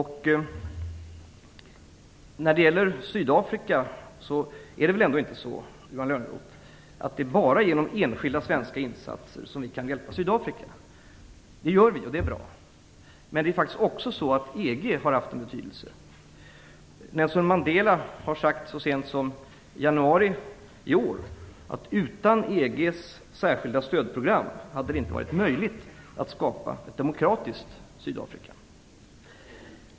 När det gäller Sydafrika är det väl ändå inte så, Johan Lönnroth, att vi bara genom enskilda svenska insatser kan hjälpa Sydafrika. Det gör vi, och det är bra. Men EG har faktiskt också haft betydelse. Nelson Mandela sade så sent som i januari i år att det utan EG:s särskilda stödprogram inte hade varit möjligt att skapa ett demokratiskt Sydafrika.